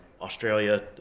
Australia